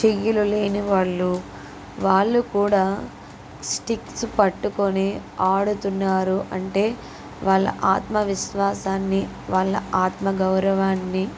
చెయ్యలు లేనివాళ్ళు వాళ్ళు కూడా స్టిక్స్ పట్టుకుని ఆడుతున్నారు అంటే వాళ్ళ ఆత్మవిశ్వాసాన్ని వాళ్ళ ఆత్మగౌరవాన్ని